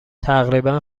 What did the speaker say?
تقریبا